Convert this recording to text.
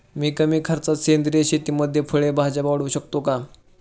मी कमी खर्चात सेंद्रिय शेतीमध्ये फळे भाज्या वाढवू शकतो का?